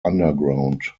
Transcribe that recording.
underground